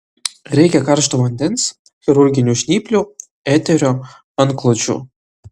reikia karšto vandens chirurginių žnyplių eterio antklodžių